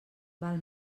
val